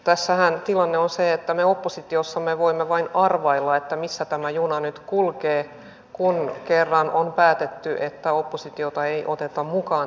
tässähän tilanne on se että me oppositiossa voimme vain arvailla missä tämä juna nyt kulkee kun kerran on päätetty että oppositiota ei oteta mukaan tähän valmisteluun